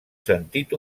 sentit